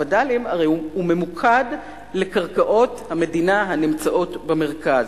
חוק הווד”לים ממוקד לקרקעות המדינה הנמצאות במרכז,